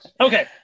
Okay